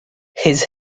his